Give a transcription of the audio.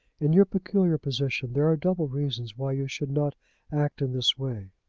in your peculiar position there are double reasons why you should not act in this way.